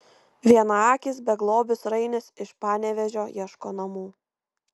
vienaakis beglobis rainis iš panevėžio ieško namų